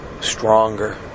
stronger